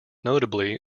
notably